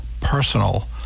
personal